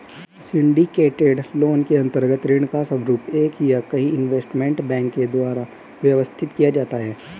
syndicated loan के अंतर्गत ऋण का स्वरूप एक या कई इन्वेस्टमेंट बैंक के द्वारा व्यवस्थित किया जाता है